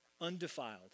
undefiled